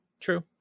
True